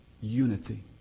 unity